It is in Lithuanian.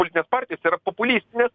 politinės partijos yra populistinės